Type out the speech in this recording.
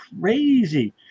crazy